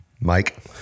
Mike